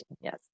yes